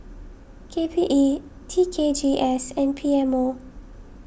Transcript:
K P E T K G S and P M O